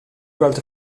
gweld